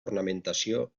ornamentació